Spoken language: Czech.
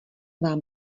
vám